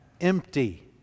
empty